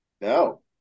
No